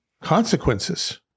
consequences